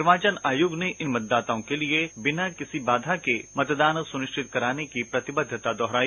निर्वाचन आयोग ने इन मतदाताओं के लिए बिना किसी बाधा के मतदान सुनिश्चित कराने की प्र तिबद्धता दोहराई